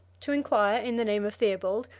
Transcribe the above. to inquire, in the name of theobald,